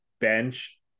bench